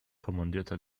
kommandierte